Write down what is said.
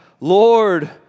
Lord